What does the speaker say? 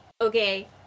okay